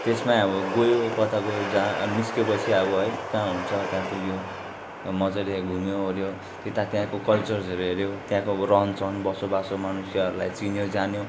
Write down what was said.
त्यसमै अब गयो कता गयो जहाँ निस्कयो पछि अब है कहाँ हुन्छ त्यहाँ पुग्यो त्यहाँ मजाले घुम्यो वर्यो त्यता त्यहाँ कल्चर्सहरू हेर्यो त्यहाँको अब रहन सहन बसोबासो मनुष्यहरूलाई चिन्यो जान्यो